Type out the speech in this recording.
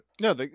No